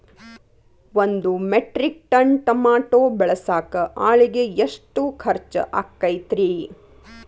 ಒಂದು metric tonne tomato ಬೆಳಸಾಕ್ ಆಳಿಗೆ ಎಷ್ಟು ಖರ್ಚ್ ಆಕ್ಕೇತ್ರಿ?